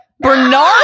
Bernard